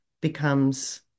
becomes